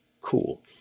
cool